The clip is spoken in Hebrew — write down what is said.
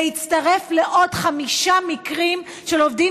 זה התווסף לעוד חמישה מקרים של עובדים